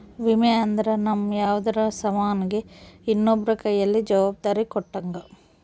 ವಿಮೆ ಅಂದ್ರ ನಮ್ ಯಾವ್ದರ ಸಾಮನ್ ಗೆ ಇನ್ನೊಬ್ರ ಕೈಯಲ್ಲಿ ಜವಾಬ್ದಾರಿ ಕೊಟ್ಟಂಗ